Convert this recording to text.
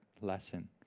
lesson